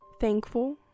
thankful